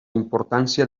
importància